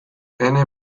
ene